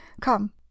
Come